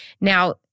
Now